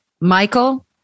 Michael